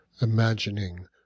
imagining